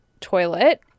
toilet